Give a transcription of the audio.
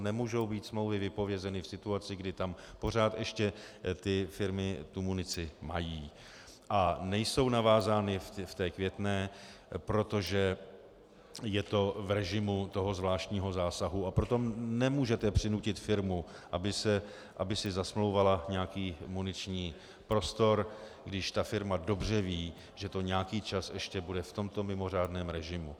Nemohou být vypovězeny v situaci, kdy tam pořád ještě ty firmy munici mají a nejsou navázány v Květné, protože je to v režimu zvláštního zásahu, a proto nemůžete přinutit firmu, aby si zasmlouvala nějaký muniční prostor, když ta firma dobře ví, že to nějaký čas ještě bude v tomto mimořádném režimu.